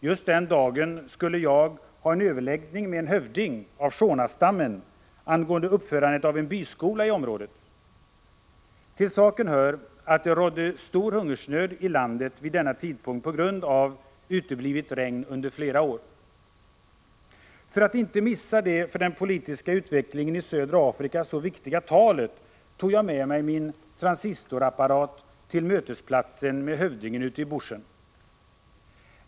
Just den dagen skulle jag ha en överläggning med en hövding av shonastammen angående uppförandet av en byskola i området. Till saken hör att det rådde stor hungersnöd i landet vid denna tidpunkt på grund av uteblivet regn under flera år. För att inte missa det för den politiska utvecklingen i södra Afrika så viktiga talet tog jag med mig min transistorradio till mötesplatsen med hövdingen ute i bushen.